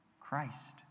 Christ